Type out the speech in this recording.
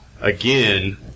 again